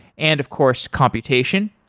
and of course, computation.